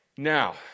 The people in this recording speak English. Now